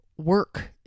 work